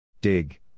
Dig